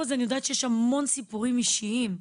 אני יודעת שיש המון סיפורים אישיים,